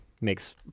makes